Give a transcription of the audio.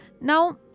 Now